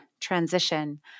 transition